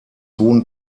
hohen